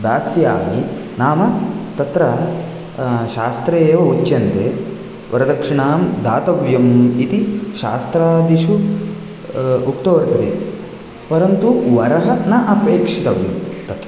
दास्यामि नाम तत्र शास्त्रे एव उच्यन्ते वरदक्षिणां दातव्यम् इति शास्त्रादिषु उक्तो वर्तते परन्तु वरः न अपेक्षितव्यं तत्